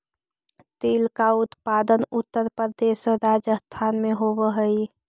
तिल का उत्पादन उत्तर प्रदेश और राजस्थान में होवअ हई